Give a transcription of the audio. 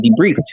debriefed